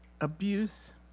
abuse